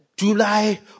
july